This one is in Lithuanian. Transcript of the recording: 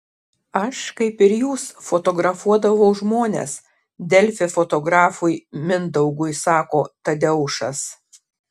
aš kaip ir jūs fotografuodavau žmones delfi fotografui mindaugui sako tadeušas